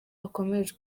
akomereje